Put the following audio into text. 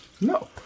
No